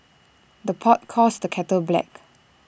the pot calls the kettle black